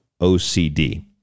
OCD